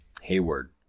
Hayward